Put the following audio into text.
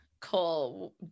Cole